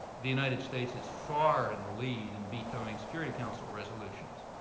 the united states is far in the lead in vetoing security council resolutions.